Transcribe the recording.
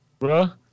Bruh